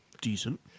decent